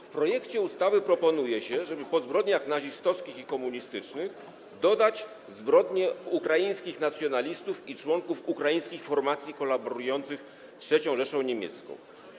W projekcie ustawy proponuje się, żeby po zbrodniach nazistowskich i komunistycznych dodać zbrodnie ukraińskich nacjonalistów i członków ukraińskich formacji kolaborujących z III Rzeszą Niemiecką.